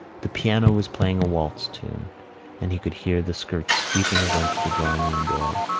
the piano was playing a waltz tune and he could hear the skirts sweeping against the drawing-room door.